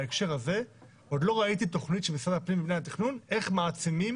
בהקשר הזה עוד לא ראיתי תוכנית של משרד הפנים איך מעצימים